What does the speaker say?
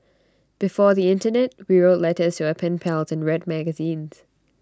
before the Internet we wrote letters to our pen pals and read magazines